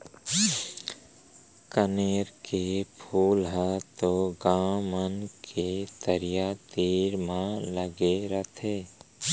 कनेर के फूल ह तो गॉंव मन के तरिया तीर म लगे रथे